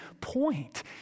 point